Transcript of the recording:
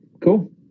Cool